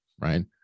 right